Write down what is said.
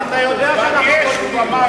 אתה יודע שאנחנו צודקים.